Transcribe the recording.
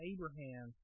Abraham